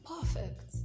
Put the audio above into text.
perfect